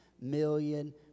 million